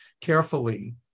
carefully